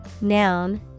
Noun